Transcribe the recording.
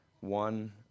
one